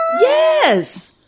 Yes